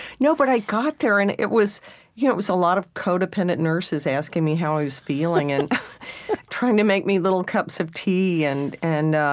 no, but i got there. and it was you know it was a lot of co-dependent nurses asking me how i was feeling and trying to make me little cups of tea, and and